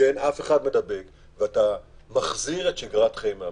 שאין אף אחד מדבק, ומחזירים את שגרת החיים.